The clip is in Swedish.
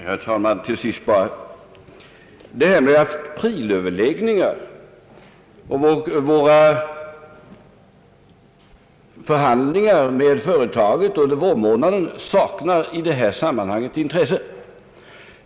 Herr talman! Talet om aprilöverläggningarna och våra förhandlingar med företaget under vårmånaderna saknar i detta sammanhang intresse.